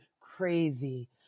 crazy